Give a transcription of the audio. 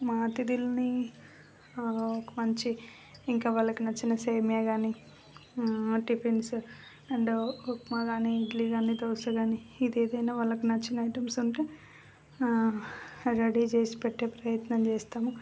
మా అధులకు ఒక మంచి ఇంకా వాళ్ళకి నచ్చిన సేమ్యా కానీ టిఫిన్స్ అండ్ ఉప్మా కానీ ఇడ్లీ కానీ దోశకానీ ఇది ఏదైనా వాళ్ళకు నచ్చిన ఐటమ్స్ ఉంటే రెడీ చేసి పెట్టే ప్రయత్నం చేస్తాము